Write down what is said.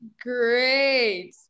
Great